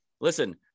listen